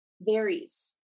varies